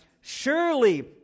surely